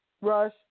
rush